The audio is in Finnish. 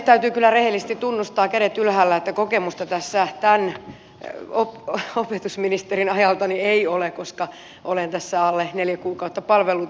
täytyy kyllä rehellisesti tunnustaa kädet ylhäällä että kokemusta tässä tämän opetusministerin ajalta ei ole koska olen tässä alle neljä kuukautta palvellut